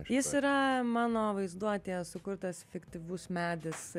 jis yra mano vaizduotėje sukurtas fiktyvus medis